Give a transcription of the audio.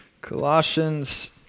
Colossians